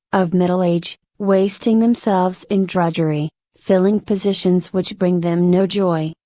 of middle age, wasting themselves in drudgery, filling positions which bring them no joy,